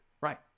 Right